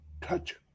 touch